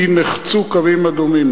כי נחצו קווים אדומים,